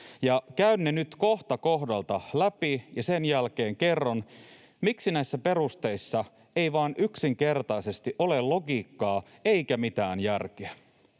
Käyn ne nyt kohta kohdalta läpi ja sen jälkeen kerron, miksi näissä perusteissa ei vain yksinkertaisesti ole logiikkaa eikä mitään järkeä.